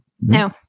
No